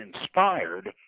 inspired